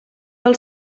del